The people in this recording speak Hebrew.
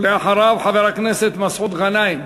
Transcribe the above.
ואחריו, חבר הכנסת מסעוד גנאים.